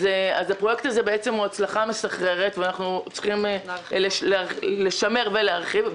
אז הפרויקט הזה הוא הצלחה מסחררת ואנחנו צריכים לשמר ולהרחיב אותו.